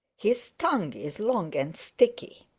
his tongue is long and sticky.